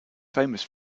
famous